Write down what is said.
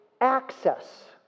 access